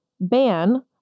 ban